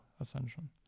ascension